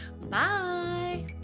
Bye